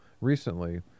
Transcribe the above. recently